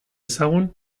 ezagun